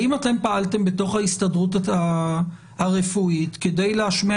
האם אתם פעלתם בתוך ההסתדרות הרפואית כדי להשמיע